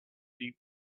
deep